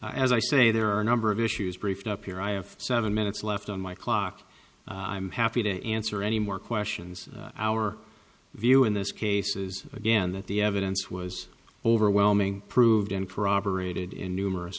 decision as i say there are a number of issues briefed up here i have seven minutes left on my clock i'm happy to answer any more questions our view in this case is again that the evidence was overwhelming proved and corroborated in numerous